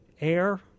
air